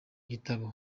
gitabo